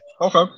okay